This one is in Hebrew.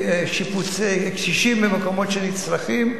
בשיפוץ בתי קשישים במקומות שנצרכים.